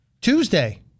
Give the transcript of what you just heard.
Tuesday